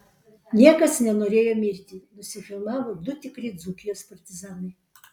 niekas nenorėjo mirti nusifilmavo du tikri dzūkijos partizanai